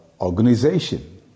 organization